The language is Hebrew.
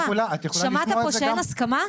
שמעת פה שאין הסכמה?